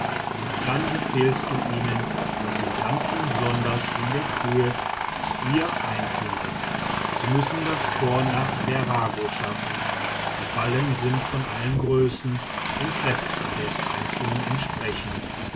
und dann befiehlst du ihnen daß sie samt und sonders in der frühe sich hier einfinden sie müssen das korn nach derago schaffen die ballen sind von allen größen den kräften des einzelnen entsprechend